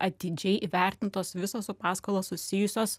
atidžiai įvertintos visos su paskola susijusios